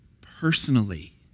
personally